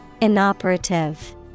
Inoperative